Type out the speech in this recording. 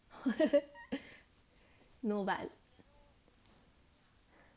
no but